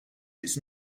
its